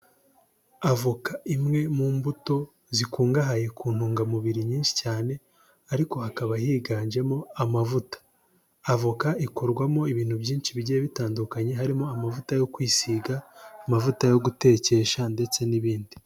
Avoka imwe mu mbuto zikungahaye ku ntungamubiri nyinshi cyane ariko hakaba higanjemo amavuta, avoka ikorwamo ibintu byinshi bigiye bitandukanye harimo amavuta yo kwisiga, amavuta yo gutekesha ndetse n'ibindi.